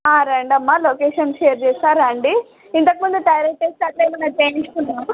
ఆ రండి అమ్మ లొకేషన్ షేర్ చేస్తాను రండి ఇంతకముందు థైరాయిడ్ టెస్ట్ అలా ఏమన్న చేయించుకున్నావా